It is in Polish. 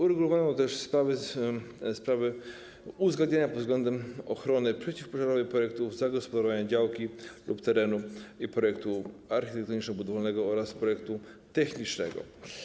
Uregulowano też sprawy uzgadniania pod względem ochrony przeciwpożarowej projektu zagospodarowania działki lub terenu, projektu architektoniczno-budowlanego oraz projektu technicznego.